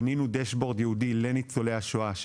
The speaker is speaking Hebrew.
בנינו dashboard ייעודי לניצולי השואה,